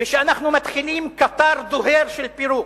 ואנחנו מתחילים קטר דוהר של פירוק,